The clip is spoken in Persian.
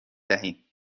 دهیم